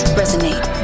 resonate